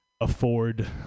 afford